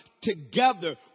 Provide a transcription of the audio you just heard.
together